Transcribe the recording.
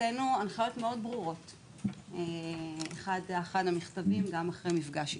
הוצאנו הנחיות מאוד ברורות אחד המכתבים גם הוצאנו לאחר מפגש איתך.